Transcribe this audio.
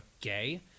gay